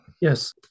Yes